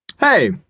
Hey